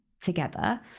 together